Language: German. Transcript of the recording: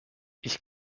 ich